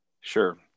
Sure